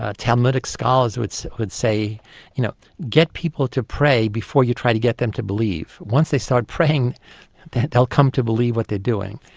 ah talmudic scholars would so would say you know get people to pray before you try to get them to believe, once they start praying they'll come to believe what they are doing.